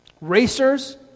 Racers